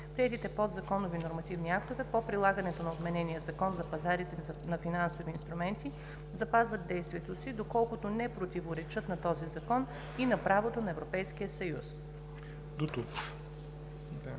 Приетите подзаконови нормативни актове по прилагането на отменения Закон за пазарите на финансови инструменти запазват действието си, доколкото не противоречат на този закон и на правото на Европейския съюз.“